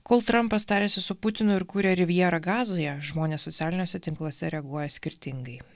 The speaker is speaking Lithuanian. kol trampas tariasi su putinu ir kuria rivjerą gazoje žmonės socialiniuose tinkluose reaguoja skirtingai